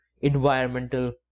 environmental